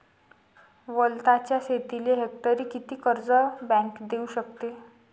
वलताच्या शेतीले हेक्टरी किती कर्ज बँक देऊ शकते?